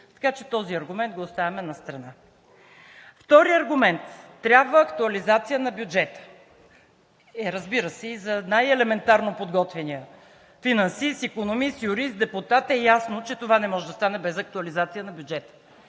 Така че този аргумент го оставяме настрана. Втори аргумент – трябва актуализация на бюджета. Разбира се, и за най-елементарно подготвения финансист, икономист, юрист, депутат е ясно, че това не може да стане без актуализация на бюджета.